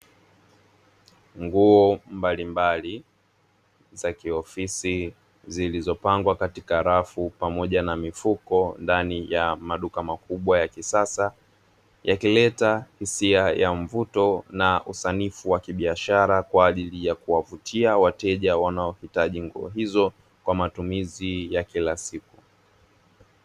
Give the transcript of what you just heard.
Nguo mbalimbali, za kiofisi zilizopangwa katika rafu pamoja na mifuko ndani ya maduka makubwa ya kisasa, yakileta hisia ya mvuto na usanifu wa kibiashara kwaajili ya kuwavutia wateja wanaoitaji nguo hizo kwa matumizi ya kila siku.